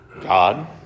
God